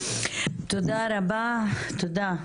תודה רבה, תודה.